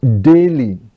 daily